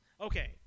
Okay